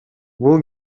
бул